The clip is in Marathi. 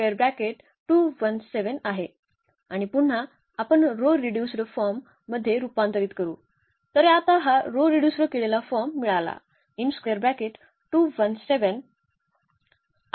आणि पुन्हा आपण रो रिड्युस्ड फॉर्म मध्ये रुपांतरित करू तर आता हा रो रिड्युस्ड केलेला फॉर्म मिळाला